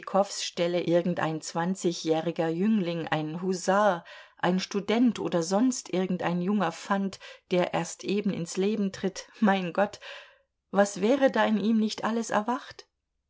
stelle irgendein zwanzigjähriger jüngling ein husar ein student oder sonst irgendein junger fant der erst eben ins leben tritt mein gott was wäre da in ihm nicht alles erwacht